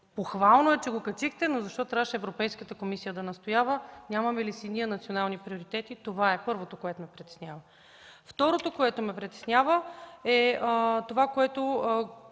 Похвално е, че качихте сумата, но защо трябваше Европейската комисия да настоява? Нямаме ли си ние национални приоритети? Това е първото, което ме притеснява. Второто, което ме притеснява, гледам